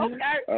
Okay